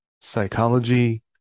psychology